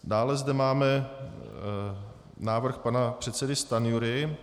Dále zde máme návrh pana předsedy Stanjury.